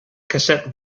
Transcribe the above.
cassette